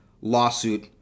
lawsuit